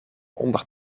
onder